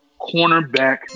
cornerback